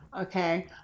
okay